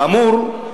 כאמור,